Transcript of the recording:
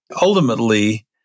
ultimately